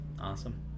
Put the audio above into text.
awesome